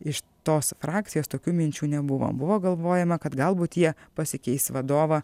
iš tos frakcijos tokių minčių nebuvo buvo galvojama kad galbūt jie pasikeis vadovą